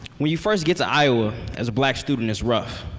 when you first get to iowa as a black student, it's rough.